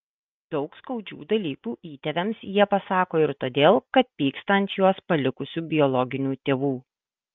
daug skaudžių dalykų įtėviams jie pasako ir todėl kad pyksta ant juos palikusių biologinių tėvų